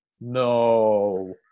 no